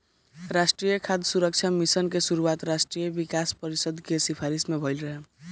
राष्ट्रीय खाद्य सुरक्षा मिशन के शुरुआत राष्ट्रीय विकास परिषद के सिफारिस से भइल रहे